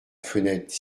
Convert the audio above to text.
fenêtre